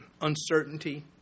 uncertainty